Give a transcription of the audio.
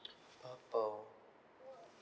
purple